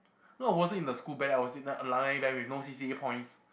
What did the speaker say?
no I wasn't in the school band I was in the alumni band with no C_C_A points